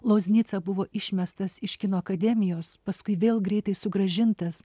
loznica buvo išmestas iš kino akademijos paskui vėl greitai sugrąžintas